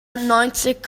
neunzig